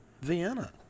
Vienna